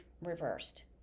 reversed